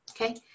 okay